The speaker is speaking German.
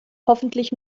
hoffentlich